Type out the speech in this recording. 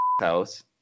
House